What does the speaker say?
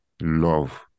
love